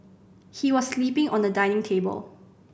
he was sleeping on a dining table